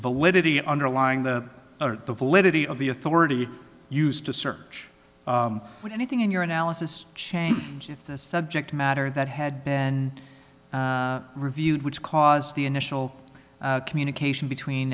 validity underlying the or the validity of the authority used to search anything in your analysis change if the subject matter that had been reviewed which caused the initial communication between